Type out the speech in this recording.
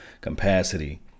capacity